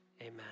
Amen